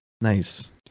Nice